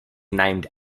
named